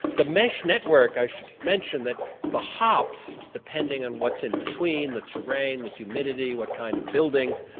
the mesh network i should mention the the hops depending on what's in between, the terrain, the humidity, what kind of buildings,